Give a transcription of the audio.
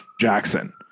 Jackson